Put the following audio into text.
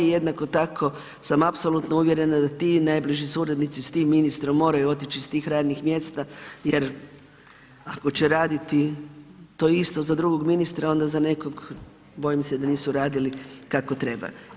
Jednako tako sa apsolutno uvjerena da ti i najbliži suradnici sa tim ministrom moraju otići iz tih radnih mjesta jer ako će raditi to isto za drugog ministra onda za nekog bojim se da nisu radili kako treba.